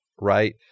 Right